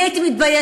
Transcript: אני הייתי מתביישת